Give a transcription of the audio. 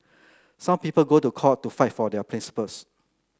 some people go to court to fight for their principles